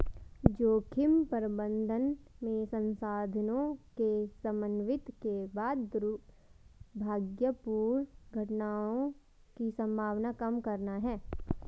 जोखिम प्रबंधन में संसाधनों के समन्वित के बाद दुर्भाग्यपूर्ण घटनाओं की संभावना कम करना है